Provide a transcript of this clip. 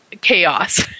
chaos